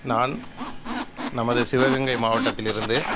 நான் நமது சிவகங்கை மாவட்டத்திலிருந்து